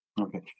Okay